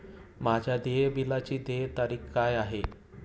माझ्या देय बिलाची देय तारीख काय आहे?